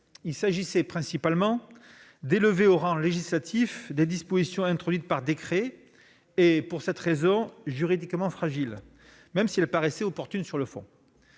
Il s'agissait principalement d'élever au rang législatif des dispositions introduites par décret et, pour cette raison, juridiquement fragiles, même si elles paraissaient opportunes sur le fond.